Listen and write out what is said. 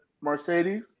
Mercedes